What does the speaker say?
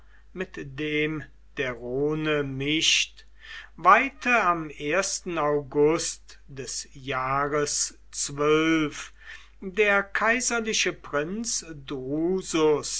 mit dem der rhone mischt weihte am august des jahres der kaiserliche prinz drusus